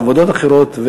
עבודות אחרות,